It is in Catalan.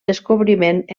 descobriment